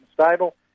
stable